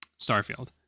Starfield